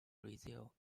brazil